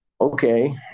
Okay